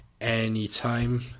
anytime